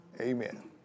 Amen